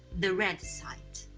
the red side.